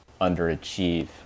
underachieve